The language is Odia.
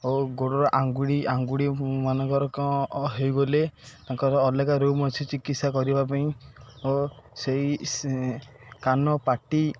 ଓ ଗୋଡ଼ର ଆଙ୍ଗୁଳି ଆଙ୍ଗୁଳିମାନଙ୍କର କ'ଣ ହୋଇଗଲେ ତାଙ୍କର ଅଲଗା ରୁମ୍ ଅଛି ଚିକିତ୍ସା କରିବା ପାଇଁ ଓ ସେଇ କାନ ପାଟି